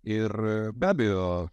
ir be abejo